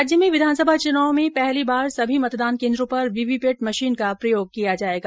राज्य में विधानसभा चुनाव में पहली बार सभी मतदान केन्द्रों पर वीवी पैट मशीन का प्रयोग किया जायेगा